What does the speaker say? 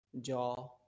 jaw